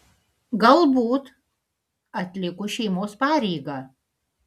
galbūt atlikus šeimos pareigą